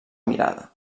mirada